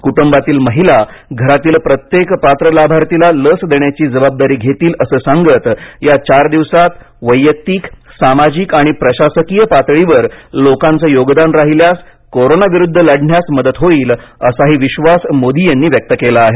कुटुंबातील महिलांनी घरातील प्रत्येक पात्र लाभार्थीला लस देण्याची जबाबदारी घेतील असं सांगत या चार दिवसांत वैयक्तिक सामाजिक आणि प्रशासकीय पातळीवर लोकांचं योगदान राहिल्यास कोरोनाविरुद्ध लढण्यास मदत होईल असाही विश्वास मोदी यांनी व्यक्त केला आहे